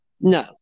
no